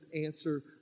answer